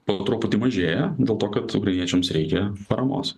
po truputį mažėja dėl to kad ukrainiečiams reikia paramos